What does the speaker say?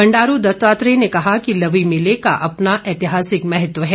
बंडारू दत्तात्रेय ने कहा कि लवी मेले का अपना ऐतिहासिक महत्व है